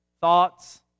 thoughts